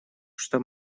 что